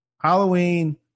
halloween